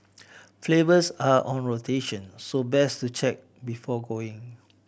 flavours are on rotation so best to check before going